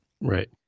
right